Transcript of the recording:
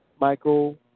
Michael